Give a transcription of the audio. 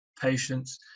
patients